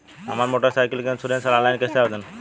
हमार motorcycle के insurance online कईसे आवेदन होई?